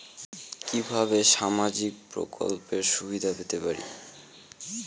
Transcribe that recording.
কিভাবে সামাজিক প্রকল্পের সুবিধা পেতে পারি?